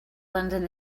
london